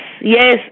yes